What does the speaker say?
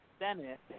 Senate